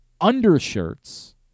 undershirts